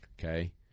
Okay